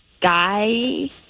guy